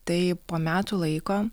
tai po metų laiko